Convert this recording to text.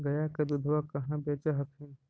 गया के दूधबा कहाँ बेच हखिन?